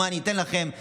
אני אתן לכם דוגמה: